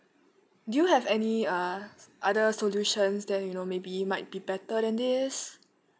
do you have any uh other solutions that you know maybe might be better than this